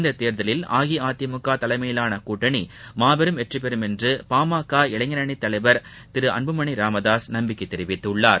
இத்தேர்தலில் அஇஅதிமுக தலைமையிலான கூட்டணி மாபெரும் வெற்றிபெறும் என்று பா ம க இளைஞரணி தலைவர் திரு அன்புமணி ராமதாஸ் நம்பிக்கை தெரிவித்துள்ளார்